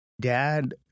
dad